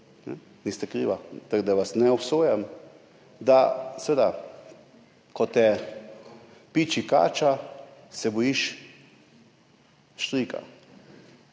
niste krivi za to, tako da vas ne obsojam. Seveda, ko te piči kača, se bojiš štrika,